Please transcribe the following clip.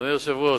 אדוני היושב-ראש,